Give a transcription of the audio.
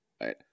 right